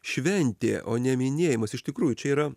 šventė o ne minėjimas iš tikrųjų čia yra